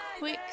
quick